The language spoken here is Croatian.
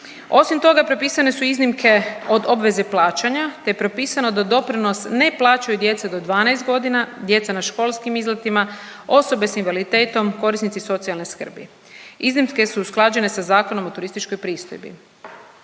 Osim toga, propisane su iznimke od obveze plaćanja te je propisano da doprinos ne plaćaju djeca do 12 godina, djeca na školskim izletima, osobe s invaliditetom, korisnici socijalne skrbi. Iznimke su usklađene sa Zakonom o turističkoj pristojbi.